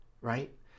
right